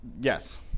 Yes